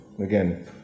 again